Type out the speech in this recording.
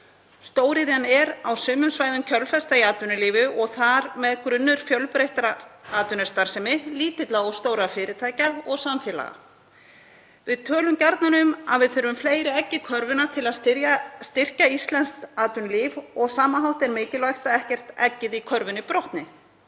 Stóriðjan er á sumum svæðum kjölfesta í atvinnulífi og þar með grunnur fjölbreyttrar atvinnustarfsemi lítilla og stórra fyrirtækja og samfélaga. Við tölum gjarnan um að við þurfum fleiri egg í körfuna til að styrkja íslenskt atvinnulíf og á sama hátt er mikilvægt að ekkert egg í körfunni brotni.